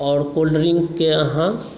आओर कोल्डड्रिंक केँ आहाँ